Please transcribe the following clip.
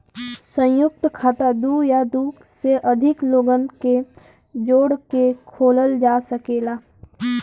संयुक्त खाता दू या दू से अधिक लोगन के जोड़ के खोलल जा सकेला